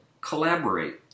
collaborate